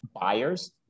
buyers